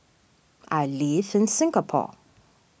I live in Singapore